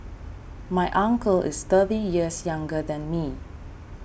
my uncle is thirty years younger than me